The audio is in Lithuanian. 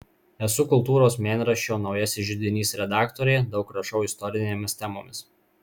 esu kultūros mėnraščio naujasis židinys redaktorė daug rašau istorinėmis temomis